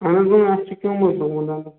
اہن حظ اَتھ چھُ کیوٚم حظ لوٚگمُت دَنٛدَس